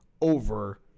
over